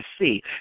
see